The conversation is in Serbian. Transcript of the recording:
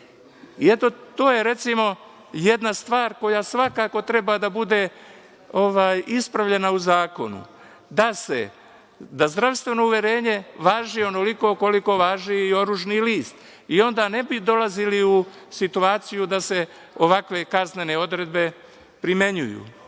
to je, recimo, jedna stvar koja svakako treba da bude ispravljena u zakonu, da zdravstveno uverenje važi onoliko koliko važi i oružani list i onda ne bi dolazili u situaciju da se ovakve kaznene odredbe primenjuju. Sledeće,